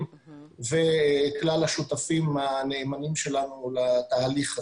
וכלל השותפים הנאמנים שלנו לתהליך הזה.